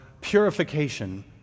purification